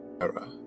era